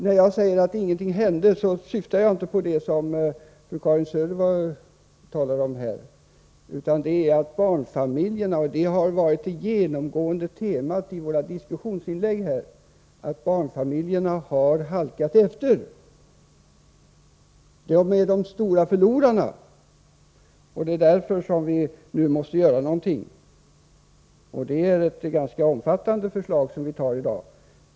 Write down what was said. När jag säger att ingenting hände syftar jag inte på det som fru Karin Söder talade om, utan på det som har varit det genomgående temat i våra diskussionsinlägg här, nämligen att barnfamiljerna har halkat efter. De är de stora förlorarna, och det är därför vi nu måste göra någonting. Det är ett ganska omfattande förslag vi tar i dag.